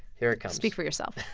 here it comes speak for yourself